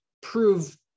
prove